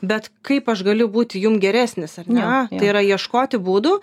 bet kaip aš galiu būti jum geresnis ar ne tai yra ieškoti būdų